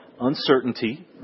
Uncertainty